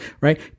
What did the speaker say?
Right